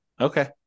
Okay